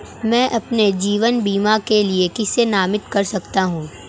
मैं अपने जीवन बीमा के लिए किसे नामित कर सकता हूं?